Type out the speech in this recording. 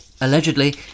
allegedly